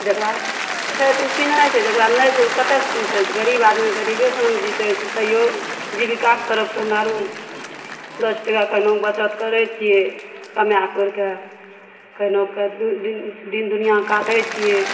जेकरा छै तऽ ओ पिन्है छै जेकरा नहि छै ओ कतऽ सऽ पिन्हतै तऽ गरीब आदमी गरीबे सनक बीतै छै तैयो जीबिकाके तरफ सऽ हमरा आरू दस टका कहिनोके बचत करै छियै कमाए कोरि कऽ कहिनो कए दिन दिन दुनियाँ काटै छियै